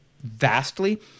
vastly